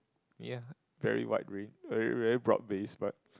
yeah very wide ray very very broad base but